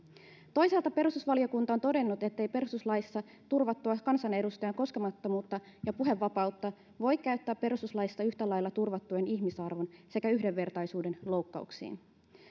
toisaalta perustusvaliokunta on todennut ettei perustuslaissa turvattua kansanedustajan koskemattomuutta ja puhevapautta voi käyttää perustuslaissa yhtä lailla turvattujen ihmisarvon sekä yhdenvertaisuuden loukkauksiin